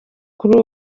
kuri